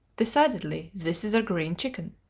decidedly this is a green chicken